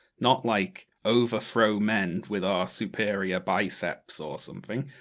not like, overthrow men with our superior biceps, or something.